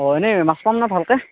অ এনেই মাছ পামনে ভালকৈ